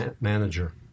manager